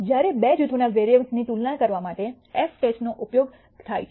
જ્યારે બે જૂથોના વેરિઅન્સની તુલના કરવા માટે એફ ટેસ્ટનો ઉપયોગ થાય છે